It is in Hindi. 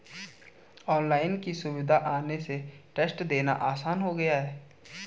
ऑनलाइन की सुविधा आने से टेस्ट देना आसान हो गया है